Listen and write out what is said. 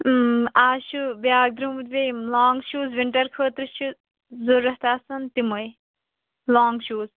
اَز چھُ بیٛاکھ درٛاومُت بیٚیہِ یِم لانٛگ شوٗز وِنٹَر خٲطرٕ چھِ ضروٗرت آسان تِمے لانٛگ شوٗز